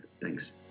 Thanks